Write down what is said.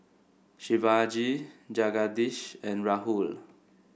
Shivaji Jagadish and Rahul